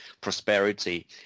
prosperity